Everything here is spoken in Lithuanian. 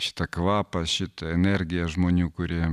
šitą kvapą šitą energiją žmonių kurie